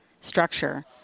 structure